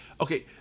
okay